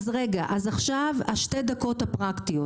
אז עכשיו שתי הדקות הפרקטיות.